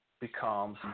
becomes